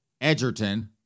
Edgerton